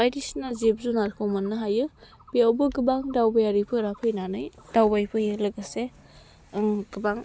बायदिसिना जिब जुनारखौ मोननो हायो बेयावबो गोबां दावबायारिफोरा फैनानै दावबायफैयो लोगोसे गोबां